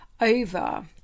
over